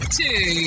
two